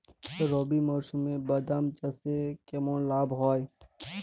রবি মরশুমে বাদাম চাষে কেমন লাভ হয়?